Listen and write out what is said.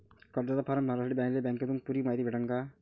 कर्जाचा फारम भरासाठी मले बँकेतून पुरी मायती भेटन का?